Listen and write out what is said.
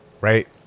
right